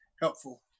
helpful